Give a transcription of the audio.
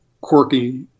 quirky